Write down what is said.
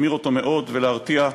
להחמיר אותו מאוד ולהרתיע.